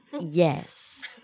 Yes